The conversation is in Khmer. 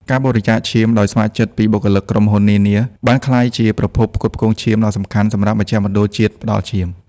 ការបរិច្ចាគ ឈាម ដោយស្ម័គ្រចិត្តពីបុគ្គលិកក្រុមហ៊ុននានា បានក្លាយជាប្រភពផ្គត់ផ្គង់ឈាមដ៏សំខាន់សម្រាប់មជ្ឈមណ្ឌលជាតិផ្តល់ឈាម។